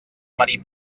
mari